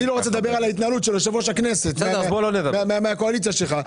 אני לא רוצה לדבר על ההתנהלות של יושב ראש הכנסת מהקואליציה שלך.